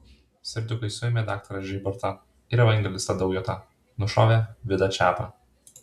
serdiukai suėmė daktarą žybartą ir evangelistą daujotą nušovė vidą čepą